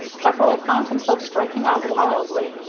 peveril found himself striking out wildly,